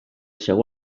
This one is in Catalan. seu